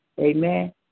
Amen